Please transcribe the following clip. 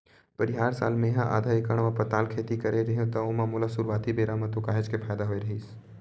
परिहार साल मेहा आधा एकड़ म पताल खेती करे रेहेव त ओमा मोला सुरुवाती बेरा म तो काहेच के फायदा होय रहिस